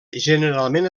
generalment